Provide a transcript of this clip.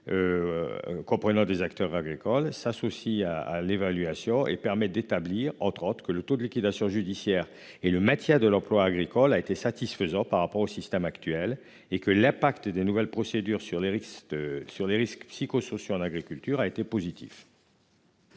Comprenant des acteurs agricoles s'associe à à l'évaluation et permet d'établir entre autres que le taux de liquidation judiciaire et le Mathias de l'emploi agricole a été satisfaisant par rapport au système actuel et que l'impact des nouvelles procédures sur les risques sur les risques psychosociaux en agriculture a été positif.